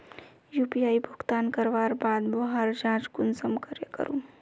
UPI भुगतान करवार बाद वहार जाँच कुंसम करे करूम?